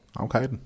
Okay